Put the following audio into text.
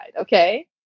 okay